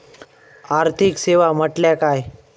आर्थिक सेवा म्हटल्या काय?